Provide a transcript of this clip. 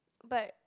but